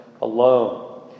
Alone